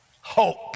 hope